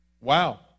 Wow